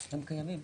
הם קיימים.